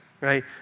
Right